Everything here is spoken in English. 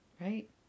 right